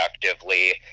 productively